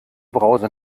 brause